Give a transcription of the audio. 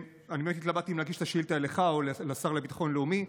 התלבטתי אם להגיש את השאילתה לך או לשר לביטחון לאומי,